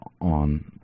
on